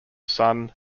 sun